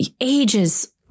ages